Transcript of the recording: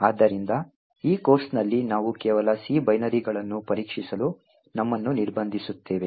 ಆದ್ದರಿಂದ ಈ ಕೋರ್ಸ್ನಲ್ಲಿ ನಾವು ಕೇವಲ C ಬೈನರಿಗಳನ್ನು ಪರೀಕ್ಷಿಸಲು ನಮ್ಮನ್ನು ನಿರ್ಬಂಧಿಸುತ್ತೇವೆ